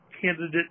candidate